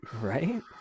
right